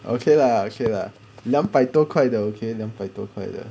okay lah okay lah 两百多块的 okay 两百多块的